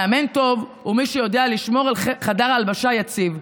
מאמן טוב הוא מי שיודע לשמור על חדר ההלבשה יציב.